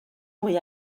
mwy